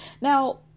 Now